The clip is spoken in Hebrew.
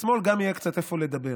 שלשמאל גם יהיה קצת איפה לדבר,